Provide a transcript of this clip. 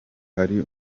hari